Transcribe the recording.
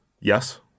Yes